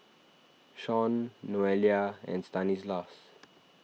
Shaun Noelia and Stanislaus